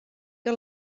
què